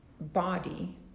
body